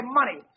money